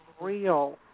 real